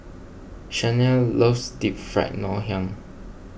Shanae loves Deep Fried Ngoh Hiang